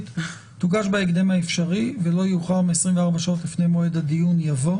תוגש בהקדם האפשרי ולא יאוחר מ-24 שעות לפני מועד הדיון" יבוא